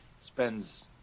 spends